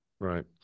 Right